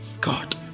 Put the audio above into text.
God